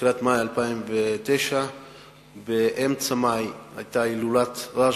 בתחילת מאי 2009. באמצע מאי היתה הילולת רשב"י,